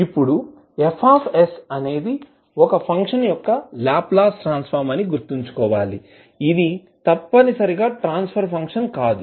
ఇప్పుడు F అనేది ఒక ఫంక్షన్ యొక్క లాప్లాస్ ట్రాన్స్ ఫార్మ్ అని గుర్తుంచుకోవాలి ఇది తప్పనిసరిగా ట్రాన్స్ఫర్ ఫంక్షన్ కాదు